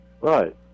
Right